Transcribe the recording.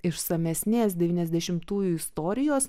išsamesnės devyniasdešimtųjų istorijos